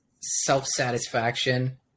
self-satisfaction –